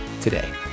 today